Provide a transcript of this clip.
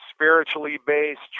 spiritually-based